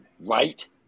right